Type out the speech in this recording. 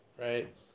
right